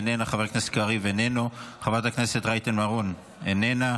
חברת הכנסת לזימי, איננה,